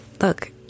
look